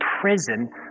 prison